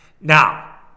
now